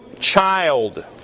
child